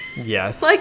Yes